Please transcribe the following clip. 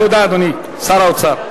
תודה, אדוני שר האוצר.